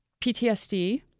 PTSD